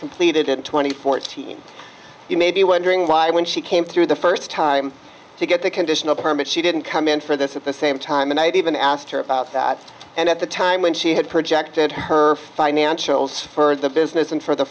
completed in two thousand and fourteen you may be wondering why when she came through the first time to get the conditional permit she didn't come in for this at the same time and i even asked her about that and at the time when she had projected her financials for the business and for the